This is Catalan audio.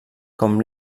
com